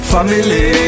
Family